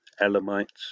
Elamites